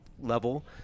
level